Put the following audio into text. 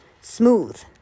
smooth